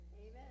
Amen